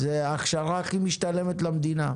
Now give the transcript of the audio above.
זו הכשרה הכי משתלמת למדינה.